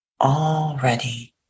already